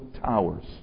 towers